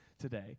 today